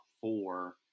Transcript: four